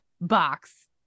box